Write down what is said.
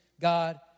God